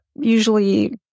usually